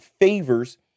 favors